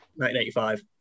1985